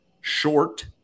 short